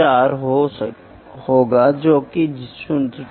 मैं जो मापता हूं वह मुझे मिलता है वह डायरेक्ट मेजरमेंट है